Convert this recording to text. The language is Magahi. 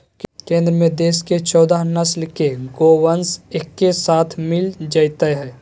केंद्र में देश के चौदह नस्ल के गोवंश एके साथ मिल जयतय